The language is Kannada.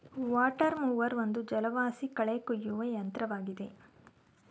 ವಾಟರ್ ಮೂವರ್ ಒಂದು ಜಲವಾಸಿ ಕಳೆ ಕುಯ್ಯುವ ಯಂತ್ರವಾಗಿದೆ